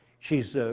she's